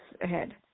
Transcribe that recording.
ahead